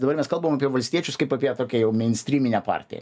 dabar mes kalbam apie valstiečius kaip apie tokią jau meinstryminę partiją